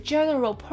General